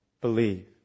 believe